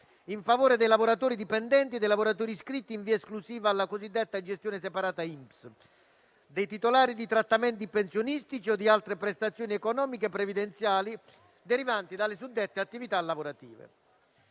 in favore dei lavoratori dipendenti e dei lavoratori iscritti in via esclusiva alla cosiddetta gestione separata INPS, dei titolari di trattamenti pensionistici o di altre prestazioni economiche previdenziali derivanti dalle suddette attività lavorative.